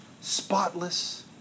spotless